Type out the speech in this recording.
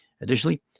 Additionally